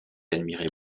admirait